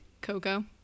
Coco